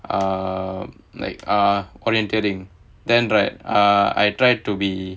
err like err orienteering then right uh I tried to be